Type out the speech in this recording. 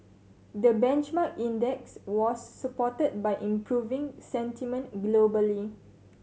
the benchmark index was supported by improving sentiment globally